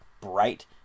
bright